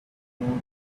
moon